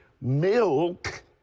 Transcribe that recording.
milk